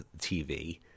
TV